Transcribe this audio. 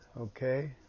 okay